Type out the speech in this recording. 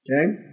Okay